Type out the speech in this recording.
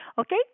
Okay